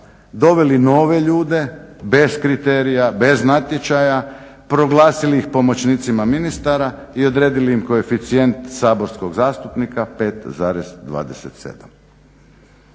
doveli nove ljude bez kriterija, bez natječaja, proglasili ih pomoćnicima ministara i odredili im koeficijent saborskog zastupnika 5,27.